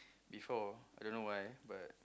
before you don't know why but